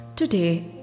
Today